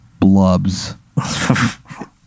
Blubs